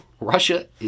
Russia